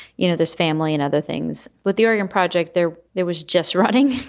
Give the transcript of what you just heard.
you know, this family and other things. but the oregon project there, there was just running.